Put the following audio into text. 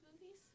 movies